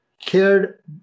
cared